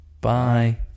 Bye